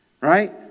right